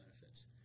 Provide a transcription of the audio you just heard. benefits